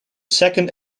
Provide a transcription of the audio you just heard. second